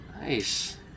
Nice